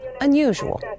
unusual